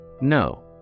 No